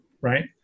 right